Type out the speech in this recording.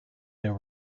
there